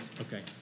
Okay